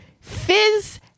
Fizz